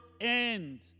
end